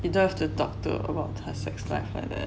you don't have the doctor about her sex life either